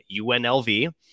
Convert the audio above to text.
UNLV